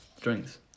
drinks